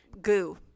Goo